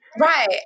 right